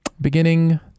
beginning